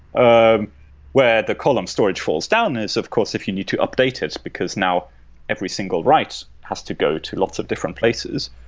ah where the column storage falls down is, if course if you need to update, because now every single write has to go to lots of different places.